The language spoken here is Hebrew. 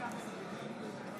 מצביעה בועז